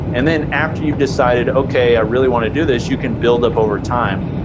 and then after you've decided okay, i really wanna do this. you can build up over time.